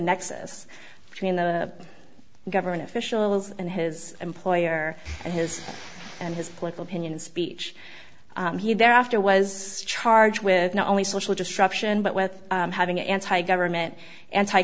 nexus between the government officials and his employer and his and his political opinion speech he there after was charged with not only social disruption but with having an anti government anti